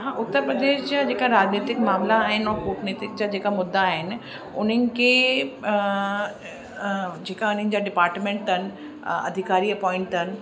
हा उत्तर प्रदेश जा जेका राजनैतिक मामला आहिनि कूटनीति जा जेका मुद्दा आहिनि उनन के जेका उनन जा डिपार्टमेंट अथनि अधिकारी अपॉइंट अथनि